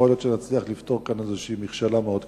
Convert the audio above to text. יכול להיות שנצליח לפתור כאן איזושהי מכשלה מאוד קשה.